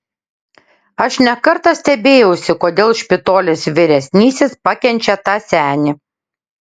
aš ne kartą stebėjausi kodėl špitolės vyresnysis pakenčia tą senį